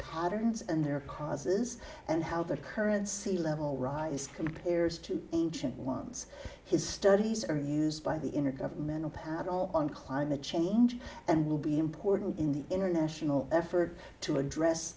patterns and their causes and how the current sea level rise compares to the ancient ones his studies are used by the intergovernmental panel on climate change and will be important in the international effort to address